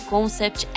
Concept